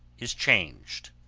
is changed.